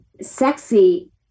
sexy